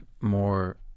more